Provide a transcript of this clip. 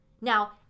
Now